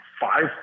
five